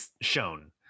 shown